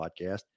podcast